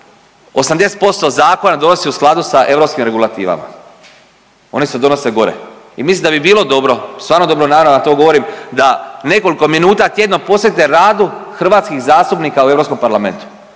80% zakona donosi u skladu sa europskim regulativama. One se donose gore i mislim da bi bilo dobro, stvarno dobronamjerno to govorim, da nekoliko minuta tjedno posvetite radu hrvatskih zastupnika u Europskom parlamentu